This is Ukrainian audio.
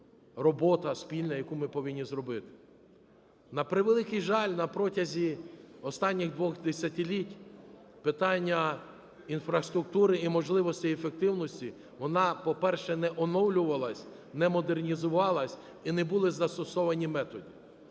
робота, спільна, яку ми повинні зробити. На превеликий жаль, на протязі останніх двох десятиліть питання інфраструктури і можливостей ефективності… вона, по-перше, не оновлювалась, не модернізувалась і не були застосовані методи.